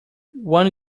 one